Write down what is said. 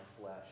flesh